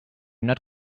not